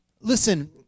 Listen